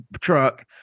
truck